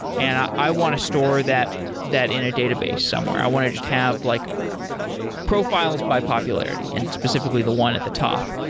and i i want to store that that in a database somewhere. i want to just have like profiles profiles by popularity and specifically the one at the top.